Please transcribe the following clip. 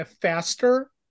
faster